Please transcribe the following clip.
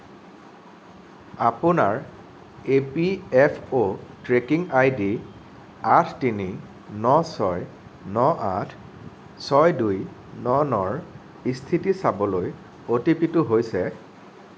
আপোনাৰ E P F অ' tracking I D আঠ তিনি ন ছয় ন আঠ ছয় দুই ন নৰ স্থিতি চাবলৈ অ' টি পিটো হৈছে